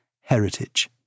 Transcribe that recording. Heritage